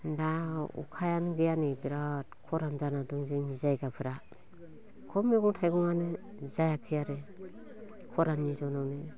दा अखायानो गैया नै बिराद खरां जाना दं जोंनि जायगाफोरा एख' मैगं थाइगङानो जायाखै आरो खराननि जनावनो